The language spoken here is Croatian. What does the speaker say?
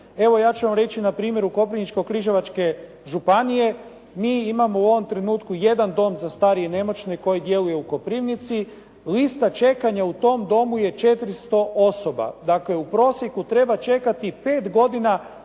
Evo, ja ću vam reći na primjeru Koprivničko-križevačke županije. Mi imamo u ovom trenutku jedan dom za starije i nemoćne koji djeluje u Koprivnici. Lista čekanja u tom domu je 400 osoba. Dakle, u prosjeku treba čekati pet godina